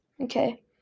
Okay